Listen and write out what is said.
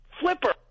Flipper